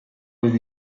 with